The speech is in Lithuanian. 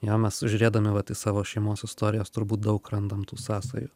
jo mes žiūrėdami vat į savo šeimos istorijas turbūt daug randam tų sąsajų